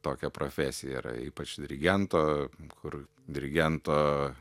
tokia profesija yra ypač dirigento kur dirigento